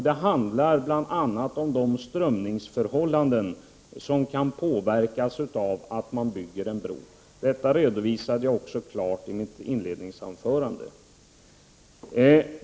Det handlar bl.a. om de strömningsförhållanden som kan påverkas om man bygger en bro. Detta redovisade jag också klart i mitt inledningsanförande.